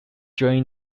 during